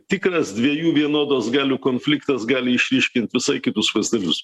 tikras dviejų vienodos galių konfliktas gali išryškint visai kitus vaizdelius